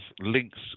links